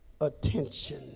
attention